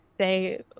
say